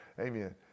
Amen